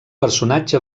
personatge